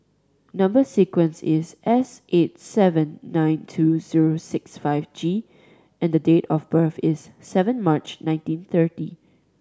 number sequence is S eight seven nine two zero six five G and the date of birth is seven March nineteen thirty